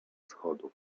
schodów